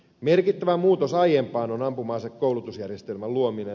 merkittävä muutos aiempaan on ampuma asekoulutusjärjestelmän luominen